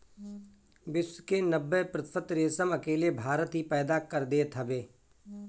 विश्व के नब्बे प्रतिशत रेशम अकेले भारत ही पैदा कर देत हवे